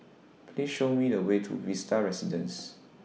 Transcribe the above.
Please Show Me The Way to Vista Residences